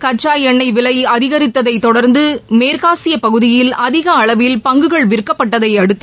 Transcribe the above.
கச்சா எண்ணெய் விலை அதிசரித்ததைத் தொடர்ந்து மேற்காசிய பகுதியில் அதிக அளவில் பங்குகள் விற்கப்பட்டதையடுத்து